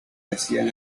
hacían